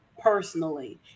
personally